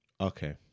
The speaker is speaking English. Okay